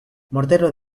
mortero